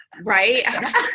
Right